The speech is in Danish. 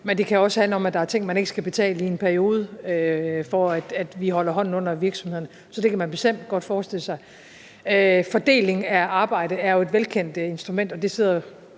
Men det kan også handle om, at der er ting, man ikke skal betale i en periode, for at vi holder hånden under virksomhederne. Så det kan man bestemt godt forestille sig. Fordelingen af arbejdet er jo et velkendt instrument, og det sidder